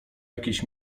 jakiejś